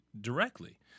directly